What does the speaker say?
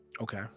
Okay